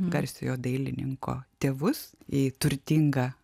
garsiojo dailininko tėvus į turtingą